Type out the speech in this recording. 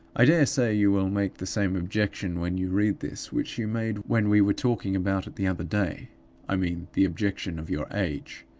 i dare say you will make the same objection when you read this which you made when we were talking about it the other day i mean the objection of your age.